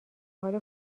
حال